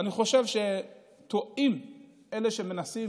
אני חושב שטועים אלה שמנסים